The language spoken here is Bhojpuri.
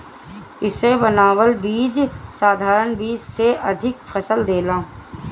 इसे बनावल बीज साधारण बीज से अधिका फसल देला